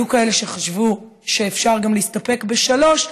היו כאלה שחשבו שאפשר גם להסתפק בשלוש.